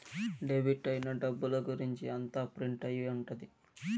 debit అయిన డబ్బుల గురుంచి అంతా ప్రింట్ అయి ఉంటది